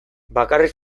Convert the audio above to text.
bakarrik